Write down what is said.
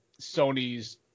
Sony's